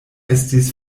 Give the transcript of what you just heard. estis